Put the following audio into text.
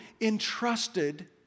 entrusted